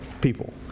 people